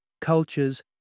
cultures